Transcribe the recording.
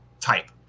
type